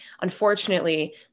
unfortunately